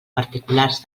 particulars